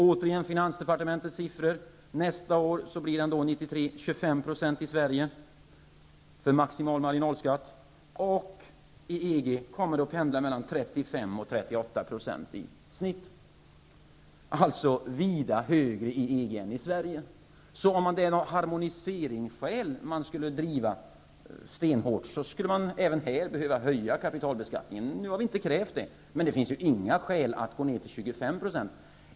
Återigen finansdepartementets siffror: Nästa år blir nivån 25 % i Sverige för maximal marginalskatt, medan den i EG kommer att pendla mellan i snitt 35 och Kapitalbeskattningen är alltså vida högre i EG än i Sverige. Så om det är harmoniseringsskäl man vill driva stenhårt, skulle man behöva höja kapitalbeskattningen i Sverige. Nu har vi inte krävt det, men det finns ju inga skäl att gå ner till 25 %.